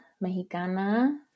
Mexicana